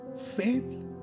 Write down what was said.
faith